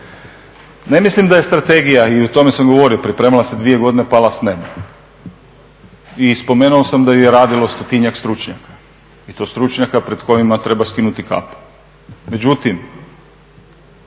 Ne mislim da je strategija, i o tome sam govorio, pripremala se 2 godine, pala s neba. I spomenuo sam da ju je radilo 100-njak stručnjaka i to stručnjaka pred kojima treba skinuti kapu. Međutim,